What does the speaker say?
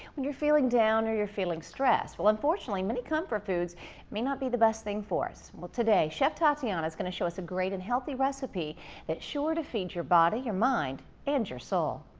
when you're feeling down or you're feeling stressed. well, unfortunately, many comfort foods may not be the best things for us. well, today, chef tatiana is going to show us a great and healthy recipe that's sure to feed your body, your mind and your soul.